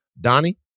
Donnie